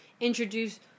introduce